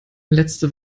letzte